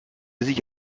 sich